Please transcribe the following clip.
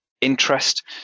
interest